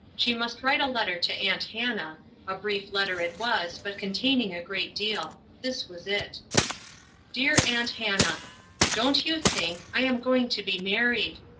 she must write a letter to aunt hannah a brief letter it was, but containing a great deal. this was it dear aunt hannah don't you think, i am going to be married!